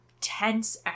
tense